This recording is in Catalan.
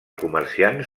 comerciants